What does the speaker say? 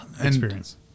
experience